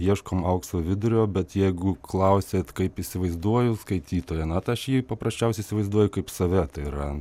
ieškom aukso vidurio bet jeigu klausiat kaip įsivaizduoju skaitytoją na tai aš jį paprasčiausiai įsivaizduoju kaip save tai yra